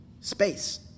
space